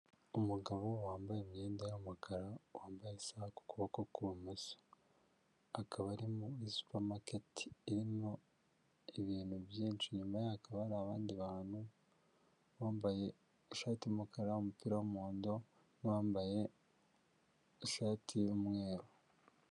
Umugabo wambaye imyenda y'umukara wambaye isaha ku kuboko ku ibumoso, akaba ari muri supamaketi irimo ibintu byinshi, inyuma yaho hakaba hari abandi bantu uwabambaye ishati y'umukara umupira w'umuhondo n'uwambaye ishati y'umweru.